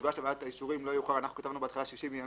תוגש לוועדת האישורים לא יאוחר מ-60 ימים."